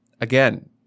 again